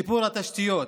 שיפור התשתיות,